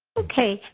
okay.